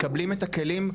מקבלים את הכלים.